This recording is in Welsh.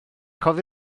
cofio